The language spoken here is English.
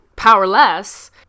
powerless